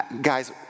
guys